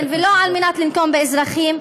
ולא על מנת לנקום באזרחים,